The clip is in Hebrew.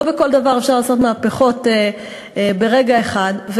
לא בכל דבר אפשר לעשות מהפכות ברגע אחד,